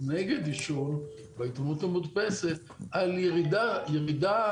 נגד עישון בעיתונות המודפסת על ירידה